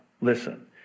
Listen